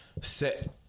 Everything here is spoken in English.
set